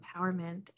empowerment